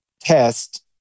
test